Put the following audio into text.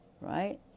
right